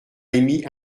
émis